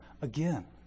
again